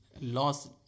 lost